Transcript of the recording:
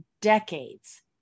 decades